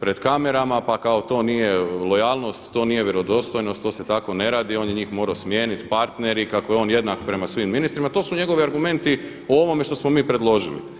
pred kamerama, pa kao to nije lojalnost, to nije vjerodostojnost, to se tako ne radi, on je njih morao smijeniti, partneri, kako je on jednak prema svim ministrima, to su njegovi argumenti o ovome što smo mi predložili.